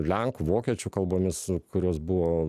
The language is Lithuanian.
lenkų vokiečių kalbomis kurios buvo